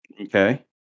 Okay